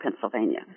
Pennsylvania